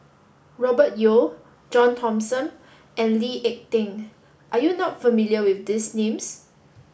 Robert Yeo John Thomson and Lee Ek Tieng are you not familiar with these names